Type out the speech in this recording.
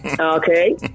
Okay